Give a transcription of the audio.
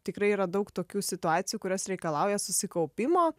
tikrai yra daug tokių situacijų kurios reikalauja susikaupimo